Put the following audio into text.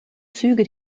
züge